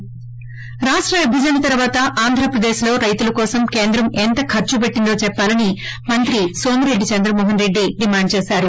ి రాష్ట విభజన తర్వాత ఆంధ్రప్రదేశ్ లో రైతుల కోసం కేంద్రం ఎంత ఖర్సుపెట్టిందో చెప్పాలని మంత్రి నోమిరెడ్డి చంద్రమోహన్రెడ్డి డిమాండ్ చేశారు